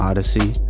Odyssey